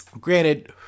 Granted